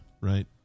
Right